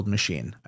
machine